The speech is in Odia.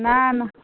ନା ନା